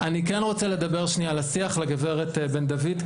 אני כן רוצה לדבר שנייה על השיח לגב' בן דוד,